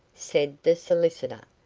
said the solicitor,